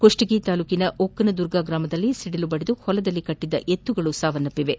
ಕುಷ್ಟಗಿ ತಾಲ್ಲೂಕಿನ ಒಕ್ಕನದುರ್ಗ ಗ್ರಾಮದಲ್ಲಿ ಸಿಡಿಲು ಬಡಿದು ಹೊಲದಲ್ಲಿ ಕಟ್ಟದ್ದ ಎತ್ತುಗಳು ಸಾವನ್ನಪ್ಪಿವೆ